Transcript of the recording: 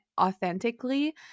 authentically